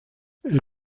elle